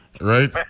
right